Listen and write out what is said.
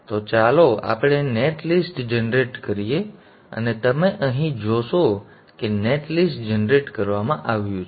તો ચાલો આપણે નેટ લિસ્ટ જનરેટ કરીએ અને તમે અહીં જોશો કે નેટ લિસ્ટ જનરેટ કરવામાં આવ્યું છે